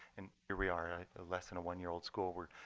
and here we are at less than a one-year-old school where